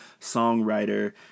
songwriter